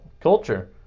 culture